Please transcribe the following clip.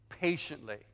patiently